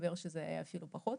מסתבר שזה היה אפילו פחות.